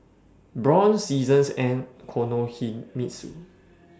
Braun Seasons and Kinohimitsu